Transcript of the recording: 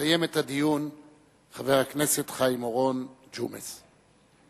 ויסיים את הדיון חבר הכנסת חיים אורון, ג'ומס.